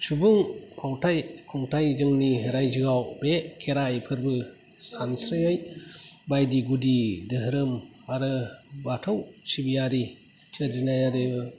सुबुं फावथाय खुंथाय जोंनि रायजोआव बे खेराय फोर्बो सानस्रियै बायदि गुदि धोरोम आरो बाथौ सिबियारि सोरजिनाय आरो